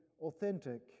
authentic